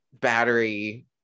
battery